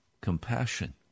compassion